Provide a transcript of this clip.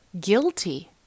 guilty